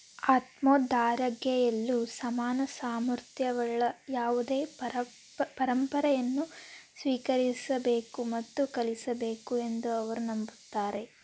ಆತ್ಮೋದ್ಧಾರಗೈಯ್ಯಲು ಸಮಾನ ಸಾಮರ್ಥ್ಯವುಳ್ಳ ಯಾವುದೇ ಪರಪ್ ಪರಂಪರೆಯನ್ನು ಸ್ವೀಕರಿಸಬೇಕು ಮತ್ತು ಕಲಿಸಬೇಕು ಎಂದು ಅವರು ನಂಬುತ್ತಾರೆ